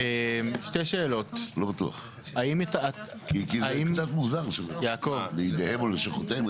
לא בטוח כי זה קצת מוזר לידיהם או לשכותיהם,